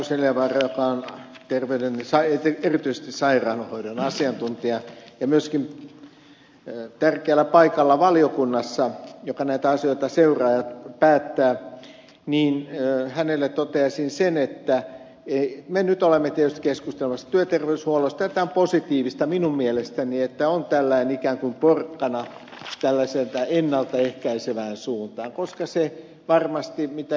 asko seljavaaralle joka on erityisesti sairaanhoidon asiantuntija ja myöskin tärkeällä paikalla valiokunnassa joka näitä asioita seuraa ja niistä päättää toteaisin sen että me nyt olemme tietysti keskustelemassa työterveyshuollosta ja tämä on positiivista minun mielestäni että on tällainen ikään kuin porkkana ennalta ehkäisevään suuntaan koska se varmasti kuten ed